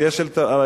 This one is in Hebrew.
אז יש אלטרנטיבות.